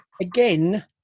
Again